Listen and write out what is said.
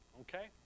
Okay